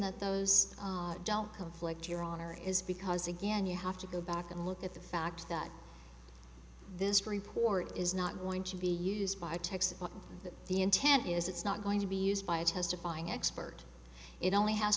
that those don't conflict your honor is because again you have to go back and look at the fact that this report is not going to be used by a textbook that the intent is it's not going to be used by a testifying expert it only has